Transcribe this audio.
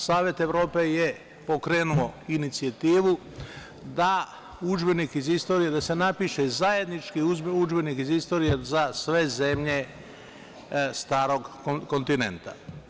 Savet Evrope je pokrenuo inicijativu da se napiše zajednički udžbenik iz istorije za sve zemlje starog kontinenta.